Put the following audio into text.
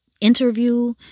interview